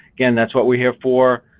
again, that's what we're here for.